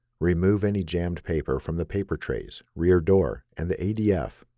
remove any jammed paper from the paper trays, rear door, and the adf,